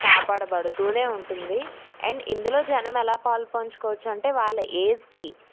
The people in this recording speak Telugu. కాపాడబడుతూనే ఉంటుంది అండ్ ఇందులో జనం ఎలా పాలుపంచుకోవచ్చు అంటే వాళ్ళ ఏజ్కి